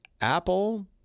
Apple